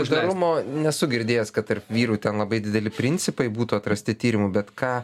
uždarumo nesu girdėjęs kad tarp vyrų ten labai dideli principai būtų atrasti tyrimų bet ką